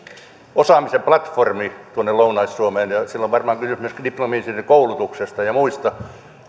osaamisen platformi tuonne lounais suomeen ja ja silloin varmaan on kysymys myöskin diplomi insinöörikoulutuksesta ja muista